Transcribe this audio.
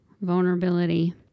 vulnerability